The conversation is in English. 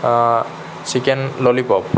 chicken lollipop